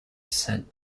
said